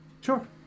Sure